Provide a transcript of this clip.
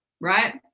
right